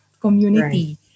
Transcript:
community